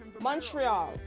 Montreal